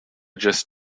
just